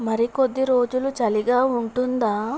మరికొద్ది రోజులు చలిగా ఉంటుందా